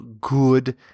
good